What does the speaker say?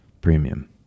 premium